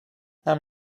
i’m